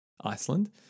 Iceland